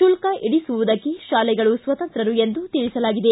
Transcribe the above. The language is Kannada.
ಶುಲ್ಲ ಇಳಿಸುವುದಕ್ಕೆ ಶಾಲೆಗಳು ಸ್ವತಂತ್ರರು ಎಂದು ತಿಳಿಸಲಾಗಿದೆ